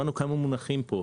שמענו על כמה מונחים פה,